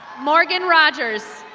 morgan rogers.